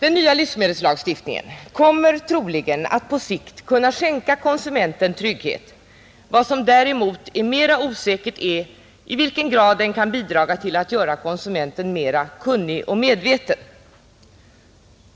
Den nya livsmedelslagstiftningen kommer troligen på sikt att kunna skänka konsumenten trygghet. Vad som däremot är mera osäkert är i vilken grad den kan bidraga till att göra konsumenten mera kunnig och medveten.